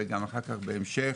וגם אחר כך בהמשך,